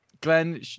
Glenn